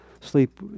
Sleep